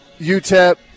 UTEP